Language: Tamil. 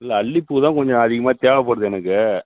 இல்லை அல்லிப்பூ தான் கொஞ்சம் அதிகமாக தேவைப்படுது எனக்கு